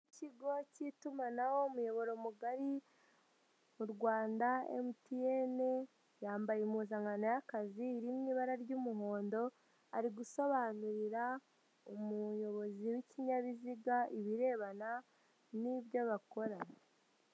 Ikigo cy'itumanaho, umuyoboro mugari mu Rwanda MTN, yambaye impuzankano y'akazi, iri mu ibara ry'umuhondo, ari gusobanurira umuyobozi w'ikinyabiziga ibirebana n'ibyo bakora.